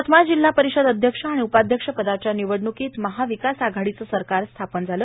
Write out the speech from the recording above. यवतमाळ जिल्हा परिषद अध्यक्ष आणि उपाध्यक्षपदाच्या निवडणुकीत महाविकास आघाडीचे सरकार स्थापन झालं